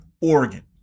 Oregon